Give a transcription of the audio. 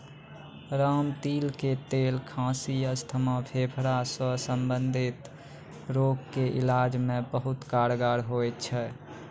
रामतिल के तेल खांसी, अस्थमा, फेफड़ा सॅ संबंधित रोग के इलाज मॅ बहुत कारगर होय छै